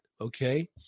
Okay